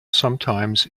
sometimes